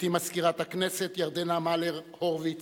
גברתי מזכירת הכנסת ירדנה מלר-הורוביץ,